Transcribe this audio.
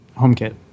HomeKit